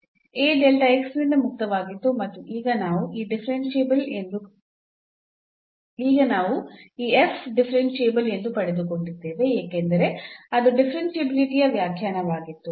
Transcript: A ನಿಂದ ಮುಕ್ತವಾಗಿತ್ತು ಮತ್ತು ಈಗ ನಾವು ಈ ಡಿಫರೆನ್ಸಿಬಲ್ ಎಂದು ಪಡೆದುಕೊಂಡಿದ್ದೇವೆ ಏಕೆಂದರೆ ಅದು ಡಿಫರೆನ್ಷಿಯಾಬಿಲಿಟಿಯ ವ್ಯಾಖ್ಯಾನವಾಗಿತ್ತು